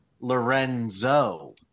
Lorenzo